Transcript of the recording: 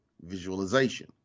visualization